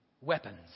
weapons